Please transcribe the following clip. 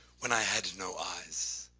when i had no eyes,